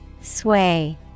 Sway